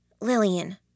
Lillian